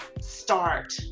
start